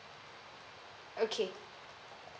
okay